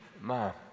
mom